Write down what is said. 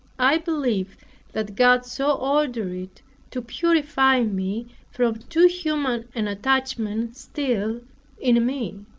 i believe that god so ordered it to purify me from too human an attachment still in me.